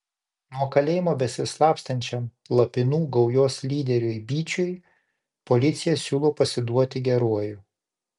nuo kalėjimo besislapstančiam lapinų gaujos lyderiui byčiui policija siūlo pasiduoti geruoju